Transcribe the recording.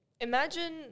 imagine